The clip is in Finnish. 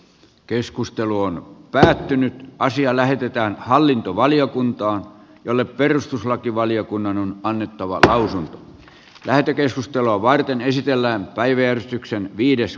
keskustelu on päättynyt ja asia lähetetään hallintovaliokuntaan jolle perustuslakivaliokunnan on painettava täysin lähetekeskustelua varten ysitiellä päivi äänestyksen kiitos